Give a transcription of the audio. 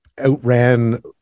outran